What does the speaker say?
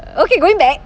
okay going back